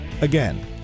Again